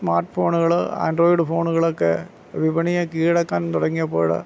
smart ഫോണുകൾ Android ഫോണുകളൊക്കെ വിപണിയെ കീഴടക്കാൻ തുടങ്ങിയപ്പോൾ